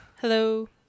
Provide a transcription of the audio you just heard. Hello